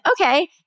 Okay